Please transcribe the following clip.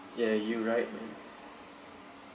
ya you right man